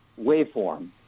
waveform